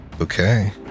Okay